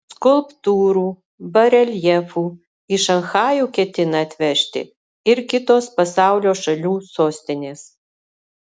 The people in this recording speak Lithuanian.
skulptūrų bareljefų į šanchajų ketina atvežti ir kitos pasaulio šalių sostinės